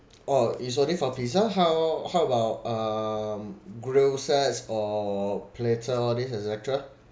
oh it's only for pizza how how about um grill sets or platter all these et cetera